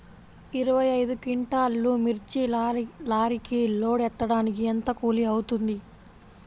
ఇరవై ఐదు క్వింటాల్లు మిర్చి లారీకి లోడ్ ఎత్తడానికి ఎంత కూలి అవుతుంది?